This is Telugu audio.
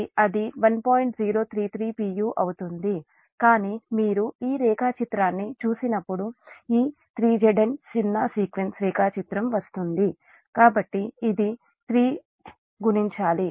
u అవుతుంది కానీ మీరు ఈ రేఖాచిత్రాన్ని చూసినప్పుడు ఈ 3 Zn సున్నా సీక్వెన్స్ రేఖాచిత్రం వస్తుంది కాబట్టి ఇది 3 గుణించాలి